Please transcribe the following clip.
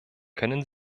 können